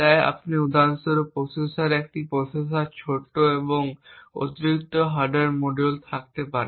তাই আপনি উদাহরণস্বরূপ প্রসেসরে একটি প্রসেসর এবং ছোট অতিরিক্ত হার্ডওয়্যার মডিউল থাকতে পারেন